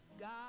God